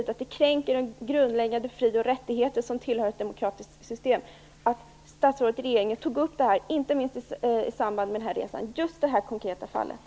Det gäller inte bara en del av chilensk lagstiftning vid detta tillfälle, och man borde ta upp det just ur det perspektivet att det är en kränkning av grundläggande fri och rättigheter, som tillhör ett demokratiskt system.